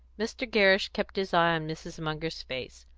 mr. gerrish kept his eye on mrs. munger's face,